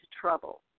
trouble